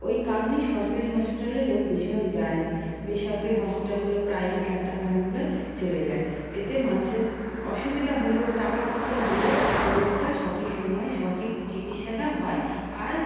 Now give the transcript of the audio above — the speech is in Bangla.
ওই কারণেই সরকারি হসপিটালে লোক বেশিরভাগ যায় না বেসরকারি হসপিটালগুলো প্রাইভেট ডাক্তারখানাগুলোয় চলে যায় এতে মানুষের অসুবিধা হলেও টাকা খরচা হলেও রোগটা সঠিক সময়ে সঠিক চিকিৎসাটা হয় আর